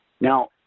Now